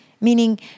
Meaning